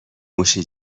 موشی